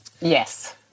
Yes